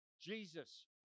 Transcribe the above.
Jesus